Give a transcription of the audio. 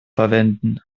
verwenden